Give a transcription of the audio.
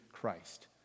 Christ